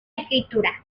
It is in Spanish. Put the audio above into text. escritura